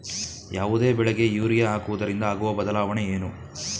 ಯಾವುದೇ ಬೆಳೆಗೆ ಯೂರಿಯಾ ಹಾಕುವುದರಿಂದ ಆಗುವ ಬದಲಾವಣೆ ಏನು?